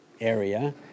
area